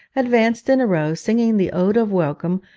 advanced in a row, singing the ode of welcome,